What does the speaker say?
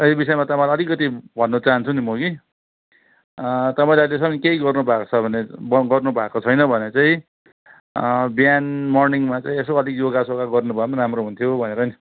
र यो बिषयमा तपाईँलाई अलिकति भन्नु चाहन्छु नि म कि तपाईँलाई अहिलेसम्म केही गर्नु भएको छ भने ब गर्नु भएको छैन भने चाहिँ बिहान मर्निङमा चाहिँ यसो अलिक योगा सोगा गर्नुभए पनि राम्रो हुन्थ्यो भनेर नि